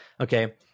Okay